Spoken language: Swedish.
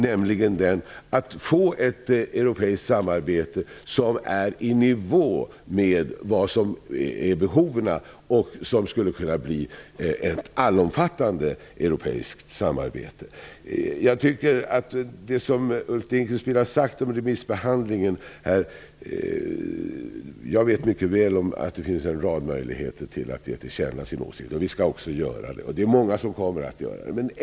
Det handlar då om att få ett europeiskt samarbete i nivå med behoven -- ett samarbete som skulle kunna bli ett allomfattande europeiskt samarbete. När det gäller det som Ulf Dinkelspiel har sagt om remissbehandlingen vill jag bara säga att jag mycket väl vet att det finns en rad möjligheter att ge sin åsikt till känna. Det skall vi också göra -- och många kommer göra det.